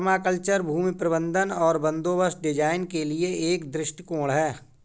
permaculture भूमि प्रबंधन और बंदोबस्त डिजाइन के लिए एक दृष्टिकोण है